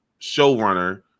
showrunner